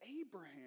Abraham